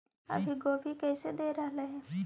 अभी गोभी कैसे दे रहलई हे?